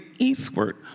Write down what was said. eastward